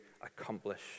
accomplish